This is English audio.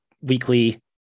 weekly